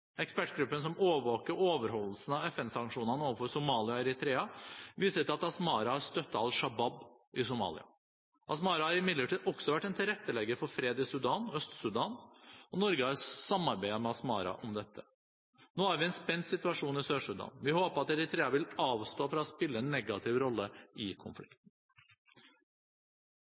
Ekspertgruppen som overvåker overholdelsen av FN-sanksjonene overfor Somalia og Eritrea, viser til at Asmara er støttet av al-Shabaab i Somalia. Asmara har imidlertid også vært en tilrettelegger for fred i Sudan og Øst-Sudan, og Norge har samarbeidet med Asmara om dette. Nå har vi en spent situasjon i Sør-Sudan. Vi håper at Eritrea vil avstå fra å spille en negativ rolle i konflikten.